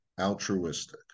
Altruistic